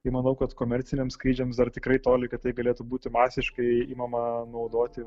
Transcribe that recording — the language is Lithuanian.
ir manau kad komerciniam skrydžiams dar tikrai toli kad tai galėtų būti masiškai imama naudoti